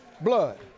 blood